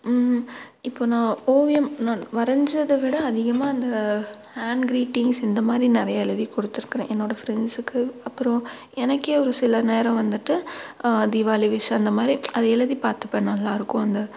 இப்போது நான் ஓவியம் நான் வரைஞ்சத விட அதிகமாக அந்த ஹேண்ட் கிரீட்டிங்ஸ் இந்த மாதிரி நிறையா எழுதி கொடுத்துருக்கறேன் என்னோடய ஃப்ரெண்ட்ஸுக்கு அப்பறம் எனக்கே ஒரு சில நேரம் வந்துட்டு தீவாளி விஷ் அந்த மாதிரி அதை எழுதி பார்த்துப்பேன் நல்லா இருக்கும் அந்த